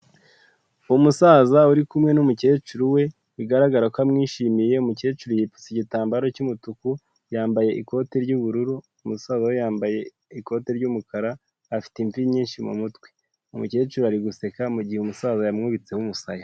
Umusaza uri kumwe n'umukecuru we bigaragara ko amwishimiye, umukecuru yipfutse igitambaro cy'umutuku, yambaye ikote ry'ubururu, umusaza we yambaye ikote ry'umukara, afite imvi nyinshi mu mutwe. Umukecuru ari guseka mu gihe umusaza yamwubitseho umusaya.